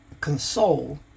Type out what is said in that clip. console